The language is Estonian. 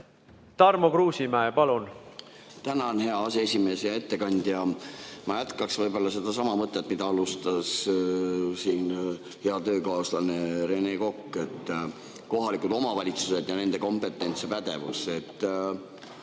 Tarmo Kruusimäe, palun! Tänan, hea aseesimees! Hea ettekandja! Ma jätkaks võib-olla sedasama mõtet, mida alustas hea töökaaslane Rene Kokk: kohalikud omavalitsused, nende kompetents ja pädevus.